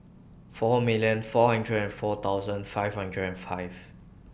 four millions four hundreds and four five hundreds and five